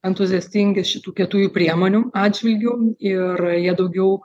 entuziastingi šitų kietųjų priemonių atžvilgiu ir jie daugiau